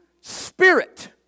spirit